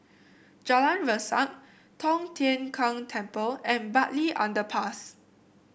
Jalan Resak Tong Tien Kung Temple and Bartley Underpass